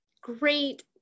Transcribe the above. great